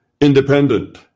independent